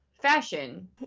fashion